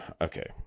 okay